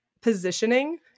positioning